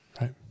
Right